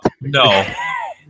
No